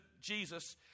Jesus